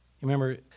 remember